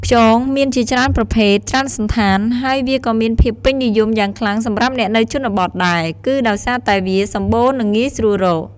ខ្យងមានជាច្រើនប្រភេទ ច្រើនសណ្ឋាន ហើយវាក៏មានភាពពេញនិយមយ៉ាងខ្លាំងសម្រាប់អ្នកនៅជនបទដែរ គឺដោយសារតែវាសម្បូរ និងងាយស្រួលរក។